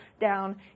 down